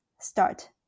start